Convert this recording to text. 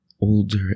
older